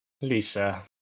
Lisa